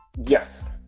Yes